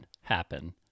happen